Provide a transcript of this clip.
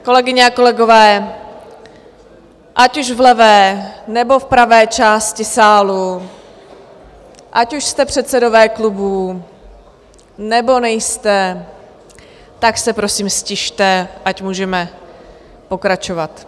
Kolegyně a kolegové, ať už v levé, nebo pravé části sálu, ať už jste předsedové klubů, nebo nejste, tak se prosím ztište, ať můžeme pokračovat.